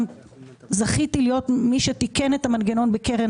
גם זכיתי להיות מי שתיקן את המנגנון בקרן